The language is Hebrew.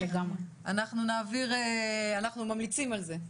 אנחנו ממליצים על זה,